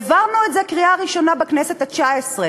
העברנו את זה בקריאה ראשונה בכנסת התשע-עשרה,